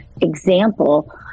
example